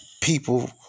people